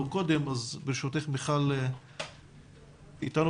אני לא